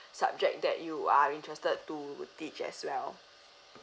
subject that you are interested to teach as well